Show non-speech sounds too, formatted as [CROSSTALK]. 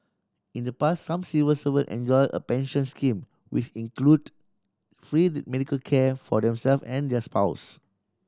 in the pass some civil servant enjoy a pension scheme which include free [UNINTELLIGIBLE] medical care for themself and their spouse